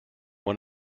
one